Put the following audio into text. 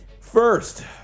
First